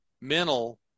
mental